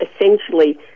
essentially